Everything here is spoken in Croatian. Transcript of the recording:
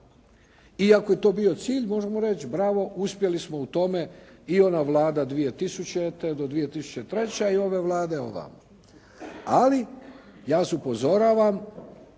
ako je to bio cilj možemo reći bravo, uspjeli smo u tome i ona Vlada 2000. do 2003. i ove Vlade ovamo. Ali ja vas upozoravam,